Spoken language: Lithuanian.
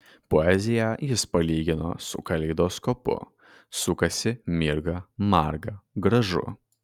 poeziją jis palygino su kaleidoskopu sukasi mirga marga gražu